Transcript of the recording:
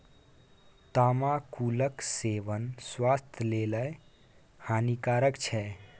तमाकुलक सेवन स्वास्थ्य लेल हानिकारक छै